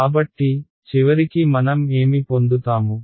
కాబట్టి చివరికి మనం ఏమి పొందుతాము